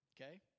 Okay